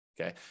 Okay